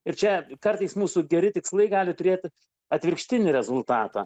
ir čia kartais mūsų geri tikslai gali turėti atvirkštinį rezultatą